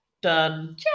done